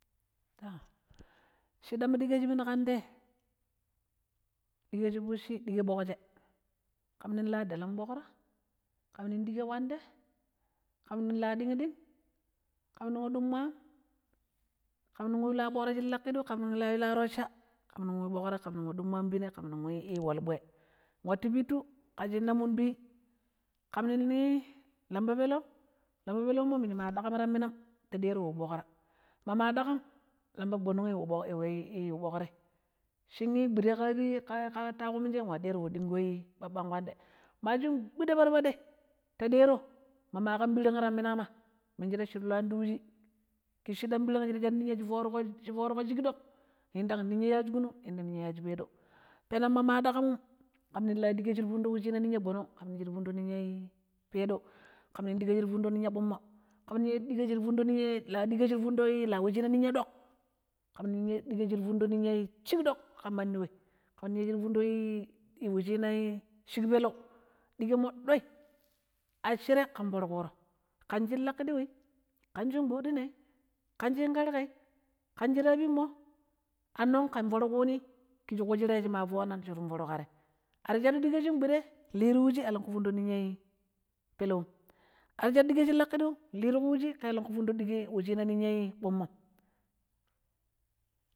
﻿Shi dam budukeji bidukamji ɗike shi fucchi dike ɓoƙjee, ƙamning la deleƙ ɓuƙra, ƙam ning dike kpanɗe, ƙam la ɗing-ɗing, ƙam ning we ɗong-ɗong, ƙamning wu la ɓuƙra chin laƙiɗiu, ƙamning wo la toccha, ƙam ning wu ɗummoaam pine, ƙam ning wu walu ɓwe, wattu futtu ƙa shinna mu tuii, ƙam ning lambpa peleu kam ii maama ɗaƙam tamminai ta ɗero wu ɓoƙra maama ɗaƙamm lampa gbonogi woi ii wo ɓoƙrai shi gbuɗe ƙaabi minjirei nwa ɗero wei ɓaɓɓag kpaŋɗe ma shin gbuɗe parpaɗoi, ta ɗero maama ƙan ɓirang tamminama, minjire ta luan ti wucu minje shiɗam shi ta shaɗu niyya shik ɗoƙ, yintang niyya yachi kunug, yintang niyya yachi peɗeu, peneg maama ɗaƙhamum ƙam la ɗiƙee shi ta shaɗu iyya gbonog, ƙamning niyya peɗou, ƙam ning shira fundo china niyya kpommo, ƙamning shira fundo china niyya wu china niyya ɗok, ƙam ning dike shirafundo china niyya shik-ɗoƙ ƙam manni wei, ƙam shira fundo wu china shiƙ peleu, ɗikeenmo ɗui a shirai ƙan foro ƙuro, ƙan shin laƙiɗiuii, ƙan shin gbuɗɗinai, ƙan shin kerƙai, ƙan shira bi nog anog ƙan foro ƙuni ti ƙushira shi ma foona shi ta wun foro ƙa te, ar shadʊdikee shin gbuɗe lii ti wucci alenƙu funto china niyya peleum, ar shadu ɗikee shinlawiu lii ti wuci ƙelenƙu wo funto china niyya kpommom.